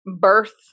birth